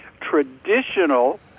traditional